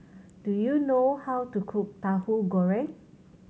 do you know how to cook Tahu Goreng